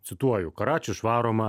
cituoju karačio išvaroma